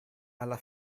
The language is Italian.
alla